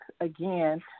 again